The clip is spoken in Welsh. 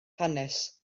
hanes